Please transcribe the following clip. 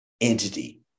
entity